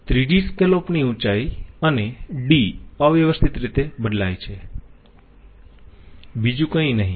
ત્રીજી સ્કેલોપ ની ઉંચાઈ અને d અવ્યવસ્થિત રીતે બદલાય છે અને બીજુ કંઈ નહીં